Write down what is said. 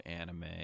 anime